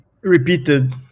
repeated